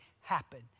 happen